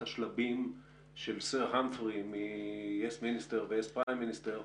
השלבים של סר המפרי מ-יס מיניסטר ו-יס פריים מיניסטר,